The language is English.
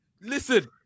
Listen